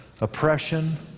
oppression